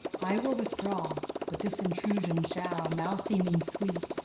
i will withdraw but this intrusion shall, now seeming sweet,